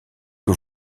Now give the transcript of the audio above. que